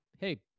hey